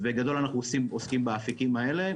בגדול, אנחנו עוסקים באפיקים האלה.